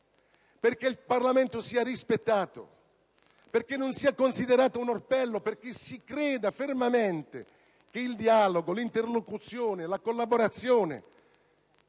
perché il Parlamento sia rispettato, perché non sia considerato un orpello e perché si creda fortemente che il dialogo, l'interlocuzione, la collaborazione,